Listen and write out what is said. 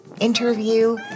interview